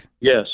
Yes